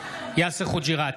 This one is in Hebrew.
יאסר חוג'יראת,